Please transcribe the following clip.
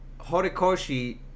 Horikoshi